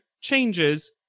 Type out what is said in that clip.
changes